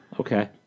okay